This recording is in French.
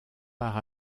part